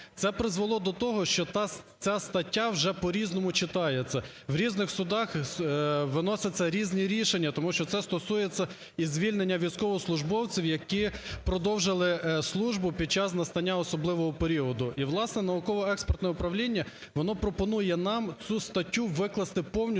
Це призвело до того, що ця стаття вже по-різному читається. В різних судах виносяться різні рішення, тому що це стосується і звільнення військовослужбовців, які продовжили службу під час настання особливого періоду. І, власне, науково-експертне управління, воно пропонує нам цю статтю викласти повністю